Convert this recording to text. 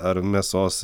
ar mėsos